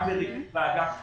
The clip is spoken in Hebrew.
גם בריבית באג"ח